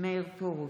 מאיר פרוש,